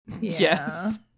yes